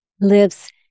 lives